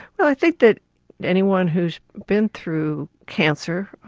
i think that anyone who's been through cancer,